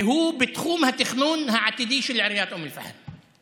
והוא בתחום התכנון העתידי של עיריית אום אל-פחם.